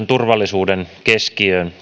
turvallisuuden keskiöön